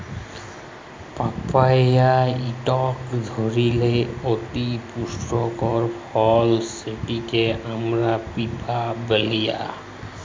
papaya ইকট ধরলের অতি পুষ্টিকর ফল যেটকে আমরা পিঁপা ব্যলি